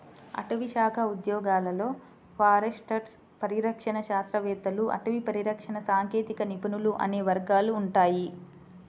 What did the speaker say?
అటవీశాఖ ఉద్యోగాలలో ఫారెస్టర్లు, పరిరక్షణ శాస్త్రవేత్తలు, అటవీ పరిరక్షణ సాంకేతిక నిపుణులు అనే వర్గాలు ఉంటాయి